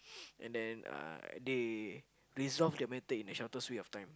and then uh they resolve the matter in the shortest period of time